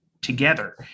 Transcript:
together